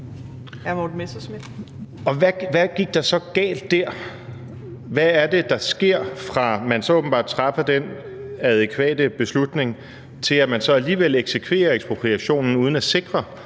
Hvad gik der så galt der? Hvad er det, der sker, fra man så åbenbart træffer den adækvate beslutning, til man så alligevel eksekverer ekspropriationen uden at sikre,